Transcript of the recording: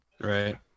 Right